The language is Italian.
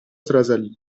trasalì